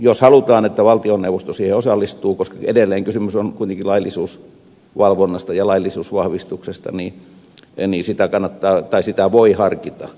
jos halutaan että valtioneuvosto siihen osallistuu koska edelleen kysymys on kuitenkin laillisuusvalvonnasta ja laillisuusvahvistuksesta niin sitä voi harkita